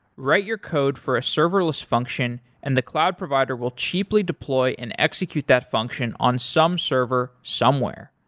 write your code for a serverless function and the cloud provider will cheaply deploy and execute that function on some server somewhere.